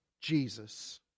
Jesus